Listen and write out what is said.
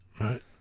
Right